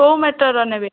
କେଉଁ ମେଟରର ନେବେ